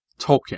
Tolkien